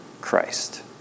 Christ